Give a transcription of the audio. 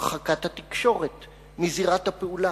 הרחקת התקשורת מזירת הפעולה.